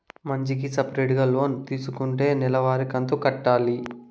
మంచికి సపరేటుగా లోన్ తీసుకుంటే నెల వారి కంతు కట్టాలి